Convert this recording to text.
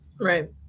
Right